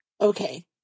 okay